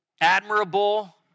admirable